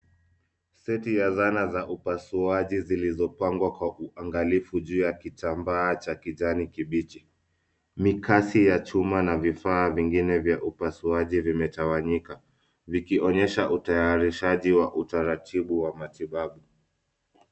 Seti ya zana za upasuaji zilizopangwa kwa uangalifu juu ya kitambaa cha kijani kibichi. Makasi ya chuma na vifaa vingine vya upasuaji vimetawanyika, vikionyesha utayarishaji wa utaratibu wa matibabu.